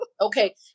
Okay